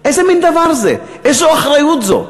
איזה מין דבר זה, איזו אחריות זו?